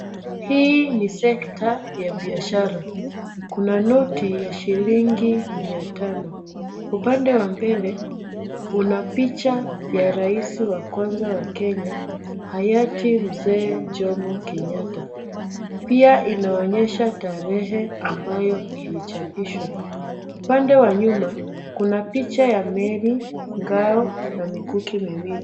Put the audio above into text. Hii ni sekta ya biashara kuna noti ya shilingi mia tano. Upande wa mbele una picha wa rais wa kwanza wa kenya hayati Mzee Jomo Kenyatta. Pia inaonyesha tarehe ambayo ilichapishwa. Upande wa nyuma kuna picha ya meli, ngao na mikuki miwili.